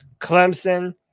Clemson